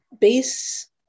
base